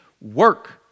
Work